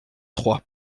trois